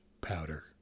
powder